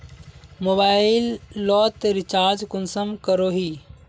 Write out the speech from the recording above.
Mobile लोत recharge कुंसम करोही?